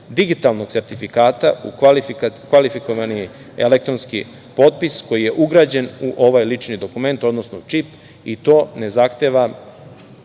digitalnog sertifikata u kvalifikovani elektronski potpis, koji je ugrađen u ovaj lični dokument, odnosno čip i to na zahtev